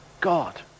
God